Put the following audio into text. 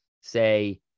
say